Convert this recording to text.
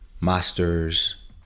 Masters